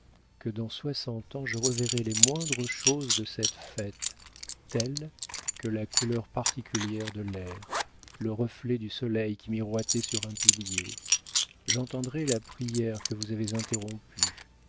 que dans soixante ans je reverrai les moindres choses de cette fête telles que la couleur particulière de l'air le reflet du soleil qui miroitait sur un pilier j'entendrai la prière que vous avez interrompue